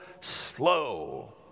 slow